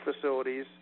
facilities